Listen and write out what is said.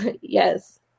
Yes